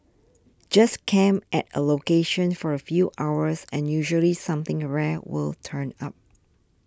just camp at a location for a few hours and usually something a rare will turn up